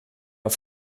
auf